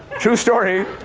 true story,